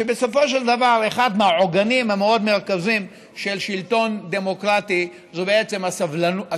שבסופו של דבר אחד מהעוגנים המאוד-מרכזיים של שלטון דמוקרטי זה הסובלנות